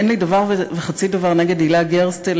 אין לי דבר וחצי דבר נגד הילה גרסטל,